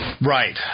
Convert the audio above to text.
Right